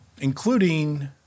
Including